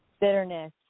bitterness